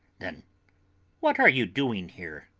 then what are you doing here?